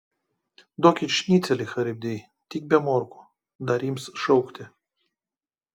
duokit šnicelį charibdei tik be morkų dar ims šaukti